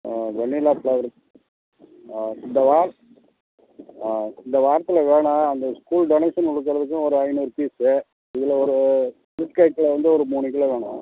ஆ vanilla flavour ஆ இந்த வா ஆ இந்த வாரத்தில் வேணும் அந்த ஸ்கூல் டொனேஷன் கொடுக்கறதுக்கு ஒரு ஐந்நூறு பீஸ்ஸு இதில் ஒரு ஃப்ரூட் கேக்கில் வந்து ஒரு மூணு கிலோ வேணும்